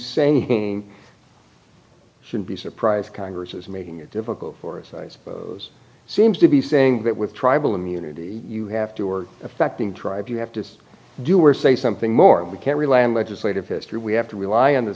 saying should be surprised congress is making it difficult for us i suppose seems to be saying that with tribal immunity you have to or affecting tribe you have to do or say something more and we can't rely on legislative history we have to rely on the